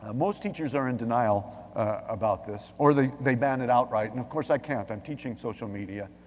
ah most teachers are in denial about this, or they they ban it outright. and of course, i can't, i'm teaching social media.